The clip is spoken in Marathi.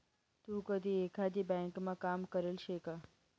तू कधी एकाधी ब्यांकमा काम करेल शे का?